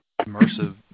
immersive